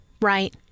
Right